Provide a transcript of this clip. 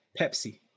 Pepsi